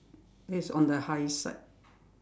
that's on the high side